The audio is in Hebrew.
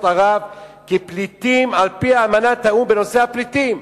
ערב כפליטים על-פי אמנת האו"ם בנושא הפליטים.